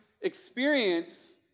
experience